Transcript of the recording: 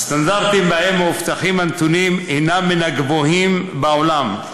3. הסטנדרטים שבהם מאובטחים הנתונים הם מן הגבוהים בעולם.